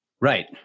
Right